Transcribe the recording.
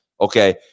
Okay